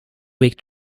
week